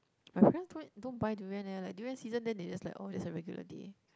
my parents don't don't buy durian leh like durian season they just like oh just a regular day